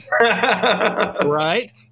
right